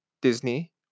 Disney